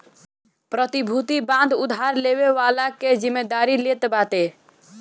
प्रतिभूति बांड उधार लेवे वाला कअ जिमेदारी लेत बाटे